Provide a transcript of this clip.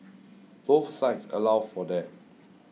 both sites allow for that